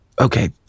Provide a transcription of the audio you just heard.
Okay